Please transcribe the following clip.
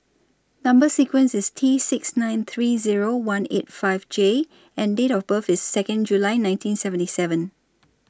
Number sequence IS T six nine three Zero one eight five J and Date of birth IS Second July nineteen seventy seven